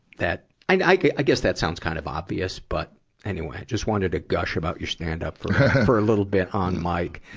that i, i, i guess that sounds kind of obvious. but anyway, i just wanted to gush about your stand-up for for a little bit on mic.